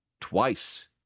twice